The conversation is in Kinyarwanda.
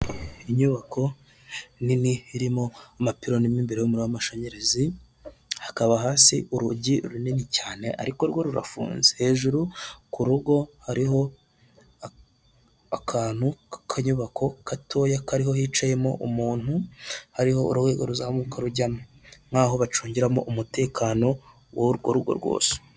Inyubako nini irimo amapironi mo imbere y'umiriro w'amashanyarazi, hakaba hasi urugi runini cyane ariko rwo rurafunze, hejuru ku rugo hariho akantu k'inyubako gatoya kariho hicayemo umuntu, hariho urwego ruzamuka rujyamo n'aho bacungiramo umutekano w'urwo rugo rwose.